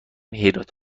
حیرت